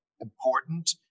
important